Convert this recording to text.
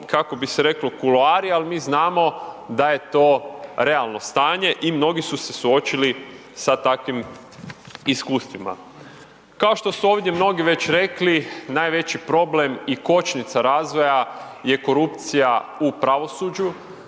kako bi se reklo, kuloari, ali mi znamo da je to realno stanje i mnogi su se suočili sa takvim iskustvima. Kao što su ovdje mnogi već rekli, najveći problem i kočnica razvoja je korupcija u pravosuđu.